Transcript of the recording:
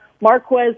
marquez